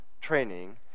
training